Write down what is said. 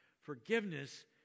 Forgiveness